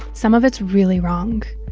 some of it's really wrong.